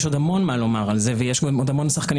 יש עוד המון מה לומר על זה ויש עוד המון שחקנים